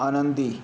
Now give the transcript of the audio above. आनंदी